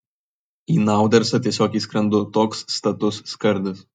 į naudersą tiesiog įskrendu toks status skardis